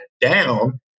down